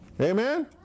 Amen